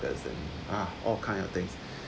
and ah all kinds of things